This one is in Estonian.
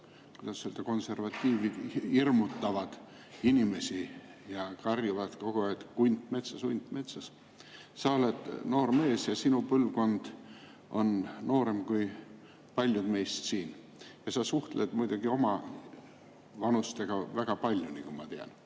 kuidas öelda, konservatiivid, hirmutavat inimesi ja karjuvat kogu aeg: "Hunt metsas, hunt metsas!" Sa oled noor mees ja sinu põlvkond on noorem kui paljud meist siin. Sa suhtled muidugi omavanustega väga palju, nagu ma tean.